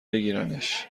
بگیرنش